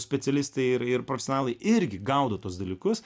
specialistai ir profesionalai irgi gaudo tuos dalykus